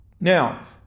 Now